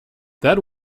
that